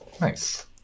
Nice